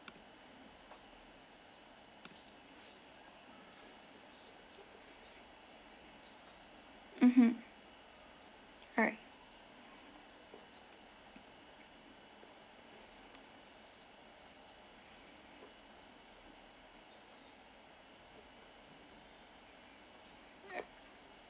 mmhmm alright